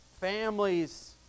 families